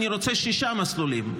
אני רוצה שישה מסלולים.